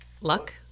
luck